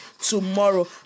tomorrow